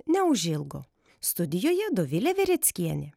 neužilgo studijoje dovilė vereckienė